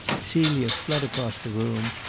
celia fled across the room,